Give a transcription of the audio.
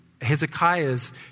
Hezekiah's